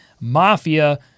Mafia